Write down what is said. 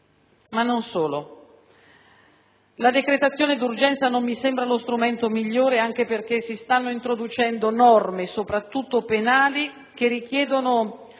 Ma non solo. La decretazione d'urgenza non mi sembra lo strumento migliore anche perché si stanno introducendo norme, soprattutto penali, che richiedono